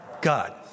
God